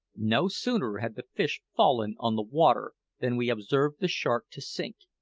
no sooner had the fish fallen on the water than we observed the shark to sink.